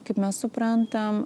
kaip mes suprantam